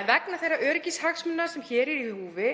En vegna þeirrar öryggishagsmuna sem eru í húfi